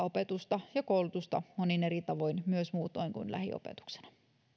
opetusta ja koulutusta monin eri tavoin myös muutoin kuin lähiopetuksena